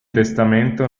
testamento